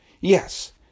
yes